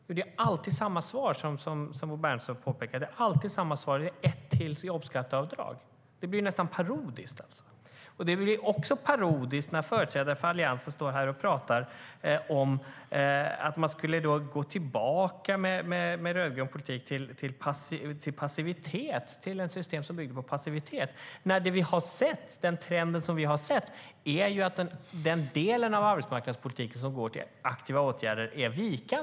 Jo, det är alltid samma svar, som Bo Bernhardsson påpekade, nämligen ett till jobbskatteavdrag. Det blir nästan parodiskt. Det blir också parodiskt när företrädare för Alliansen står här och talar om att man med en rödgrön politik skulle gå tillbaka till ett system som bygger på passivitet. Men den trend som vi har sett är vikande när det gäller den del av arbetsmarknadspolitiken som handlar om aktiva åtgärder.